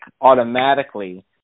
automatically